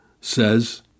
says